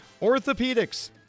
Orthopedics